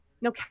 no